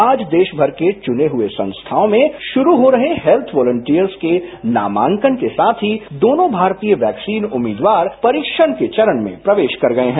आज देश भर के चुने हुए संस्थाओं में शुरू हो रहे हेत्थ वॉलिंटियर्स के नामांकन के साथ ही दोनों भारतीय वैक्सीन उम्मीदवार परीक्षण के चरण में प्रवेश कर गये हैं